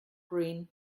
green